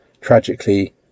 tragically